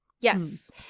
yes